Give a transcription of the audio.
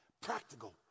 practical